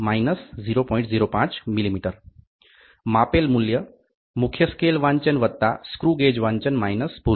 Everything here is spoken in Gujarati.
05mm માપેલ મૂલ્ય મુખ્ય સ્કેલ વાંચન સ્ક્રુ ગેજ વાંચન ભૂલ 0